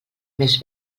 més